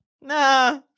nah